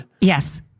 Yes